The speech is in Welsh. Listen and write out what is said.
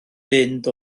fynd